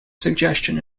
suggestion